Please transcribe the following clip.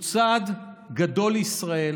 זהו צעד גדול לישראל,